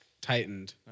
tightened